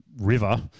river